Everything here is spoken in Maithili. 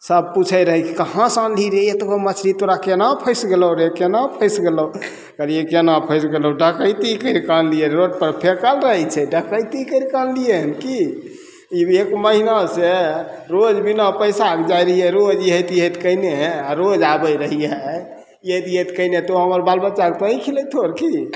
सब पूछय रहय कि कहाँसँ आनलिहि रे एतगो मछली तोरा केना फसि गेलो रे केना फसि गेलो कहलियै केना फसि गेलो डकैती करिके अनलियै रोडपर फेकल रहय छै डकैती करिके अनलियै हन कि ई भी एक महीनासँ रोज बिना पैसाके जाइ रहियै रोज एनाहिते एनाहिते कयने आओर रोज आबय रहियै एनाहिते एनाहिते कयने तो हमर बाल बच्चाके तोंहि खिलयतहो की